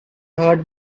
heart